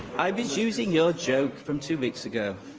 i was using your joke from two weeks ago.